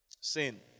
Sin